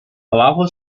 abajo